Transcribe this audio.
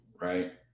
right